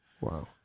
Wow